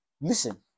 Listen